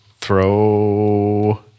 throw